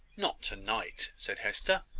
not to-night, said hester.